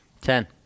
Ten